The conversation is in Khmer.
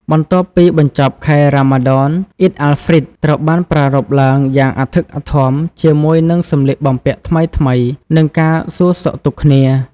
បន្ទាប់ពីបញ្ចប់ខែរ៉ាម៉ាឌន ពិធីបុណ្យ "អ៊ីដ អាល់ ហ្វ្រីត" ត្រូវបានប្រារព្ធឡើងយ៉ាងអធិកអធមជាមួយនឹងសម្លៀកបំពាក់ថ្មីៗ និងការសួរសុខទុក្ខគ្នា។